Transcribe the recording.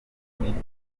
mikorobe